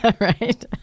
Right